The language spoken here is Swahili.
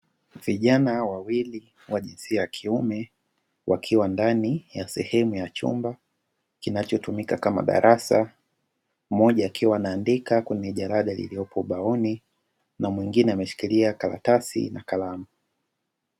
Vijana wawili wa jinsia ya kiume wakiwa ndani ya sehemu ya chumba kinachotumika kama darasa, mmoja akiwa anaandika kwenye jalada lililopo ubaoni na mwingine ameshikilia karatasi na kalamu.